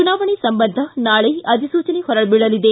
ಚುನಾವಣೆ ಸಂಬಂಧ ನಾಳೆ ಅಧಿಸೂಚನೆ ಹೊರಬೀಳಲಿದೆ